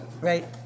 Right